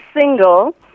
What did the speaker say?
single